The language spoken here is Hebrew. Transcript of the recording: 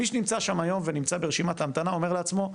מי שנמצא שם היום ונמצא ברשימת ההמתנה אומר לעצמו,